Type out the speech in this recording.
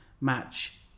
match